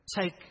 Take